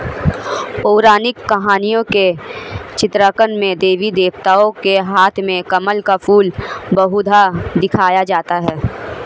पौराणिक कहानियों के चित्रांकन में देवी देवताओं के हाथ में कमल का फूल बहुधा दिखाया जाता है